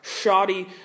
shoddy